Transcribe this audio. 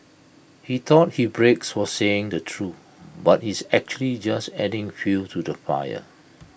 he thought he breaks for saying the truth but he's actually just adding fuel to the fire